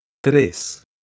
tres